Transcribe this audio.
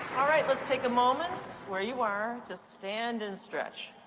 let's take a moment where you are to stand and stretch.